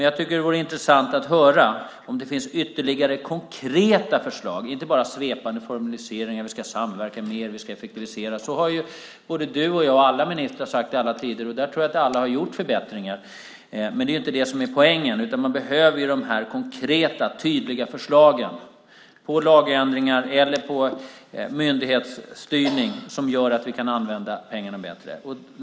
Jag tycker att det vore intressant att höra om det finns ytterligare konkreta förslag, inte bara svepande formuleringar om att vi ska samverka mer och effektivisera. Både du och jag och alla andra ministrar har sagt så i alla tider, och jag tror att alla har gjort förbättringar. Men det är inte det som är poängen, utan man behöver konkreta och tydliga förslag på lagändringar eller på myndighetsstyrning som gör att vi kan använda pengarna bättre.